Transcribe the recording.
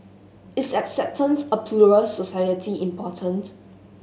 is acceptance a plural society important